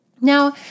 Now